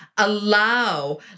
allow